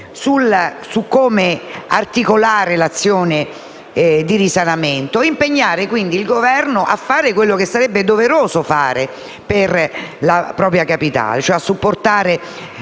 su come articolare l'azione di risanamento, impegnando il Governo a fare quello che sarebbe doveroso fare per la propria Capitale, e cioè supportare